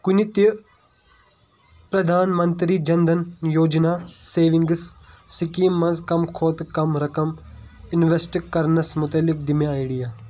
کُنہِ تہِ Pradhan Mantri Jan Dhan Yojana savings scheme منٛز کم کھۄتہٕ کم رقم اِنویٚسٹ کرنَس مُتعلِق دِ مےٚ آیڈیا